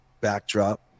backdrop